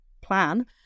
plan